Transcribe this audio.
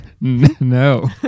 No